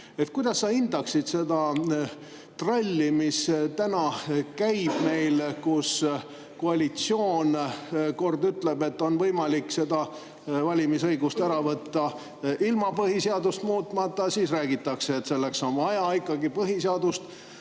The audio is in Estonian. Kuidas sa hindaksid seda tralli, mis meil täna käib, kus koalitsioon kord ütleb, et on võimalik valimisõigust ära võtta ilma põhiseadust muutmata, aga siis räägitakse, et selleks on vaja ikkagi põhiseadust